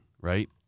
Right